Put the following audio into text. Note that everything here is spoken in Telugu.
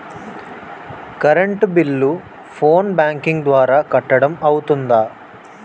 కరెంట్ బిల్లు ఫోన్ బ్యాంకింగ్ ద్వారా కట్టడం అవ్తుందా?